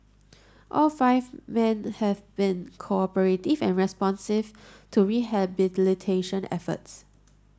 all five men have been cooperative and responsive to rehabilitation efforts